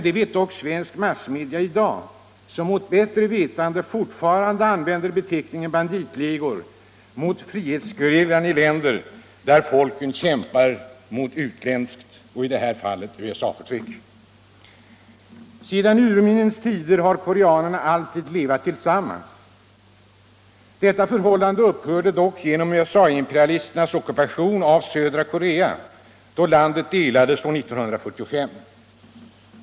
Det vet dock svenska massmedia i dag, som mot bättre vetande fortfarande använder beteckningen banditligor mot frihetsgerillan i länder där folket kämpar mot utländskt — och i det här fallet USA:s — förtryck. Sedan urminnes tider har koreanerna alltid levat tillsammans. Detta förhållande upphörde dock genom USA-imperialisternas ockupation av södra Korea, då landet delades år 1945.